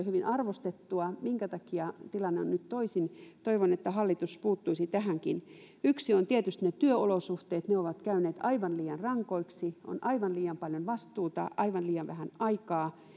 hyvin arvostettua niin minkä takia tilanne on nyt toisin toivon että hallitus puuttuisi tähänkin yksi asia on tietysti ne työolosuhteet jotka ovat käyneet aivan liian rankoiksi on aivan liian paljon vastuuta aivan liian vähän aikaa